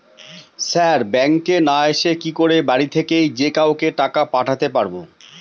Sir ব্যাঙ্কে না এসে কি করে বাড়ি থেকেই যে কাউকে টাকা পাঠাতে পারবো?